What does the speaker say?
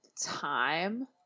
time